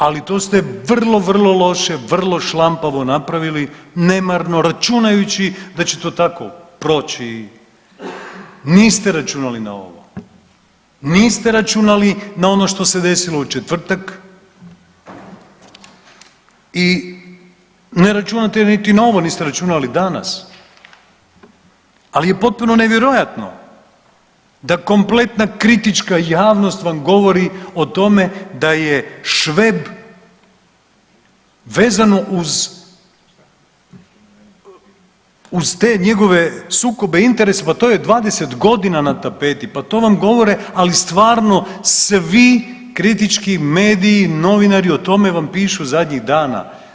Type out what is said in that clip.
Ali to ste vrlo, vrlo loše, vrlo šlampavo napravili nemarno, računajući da će to tako proći, niste računali na ovo, niste računali na ono što se desilo u četvrtak i ne računate ni na ovo, niste računali danas, ali je potpuno nevjerojatno da kompletna kritička javnost vam govori o tome da je Šveb vezano uz te njegove sukobe interesa, pa to je 20 godina na tapeti, pa to vam govore, ali stvarno svi kritički mediji, novinari, o tome vam pišu zadnjih dana.